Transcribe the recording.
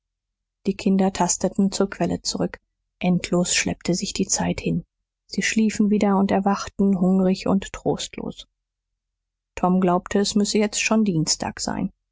die kinder tasteten zur quelle zurück endlos schleppte sich die zeit hin sie schliefen wieder und erwachten hungrig und trostlos tom glaubte es müsse jetzt schon dienstag sein